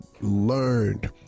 learned